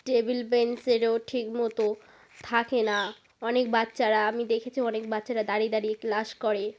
table বেঞ্চেরও ঠিক মতো থাকে না অনেক বাচ্চারা আমি দেখি যে অনেক বাচ্চারা দাঁড়িয়ে দাঁড়িয়ে ক্লাস করে